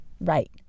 Right